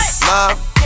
love